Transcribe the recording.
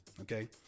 okay